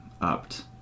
upped